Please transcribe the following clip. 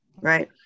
right